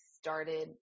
started